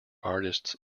artists